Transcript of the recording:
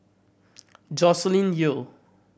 Joscelin Yeo